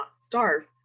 starve